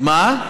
מה?